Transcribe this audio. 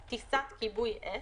(3) טיסת כיבוי אש,